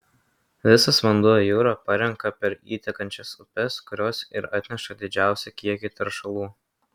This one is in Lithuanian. visas vanduo į jūrą parenka per įtekančias upes kurios ir atneša didžiausią kiekį teršalų